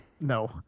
No